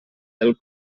del